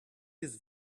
his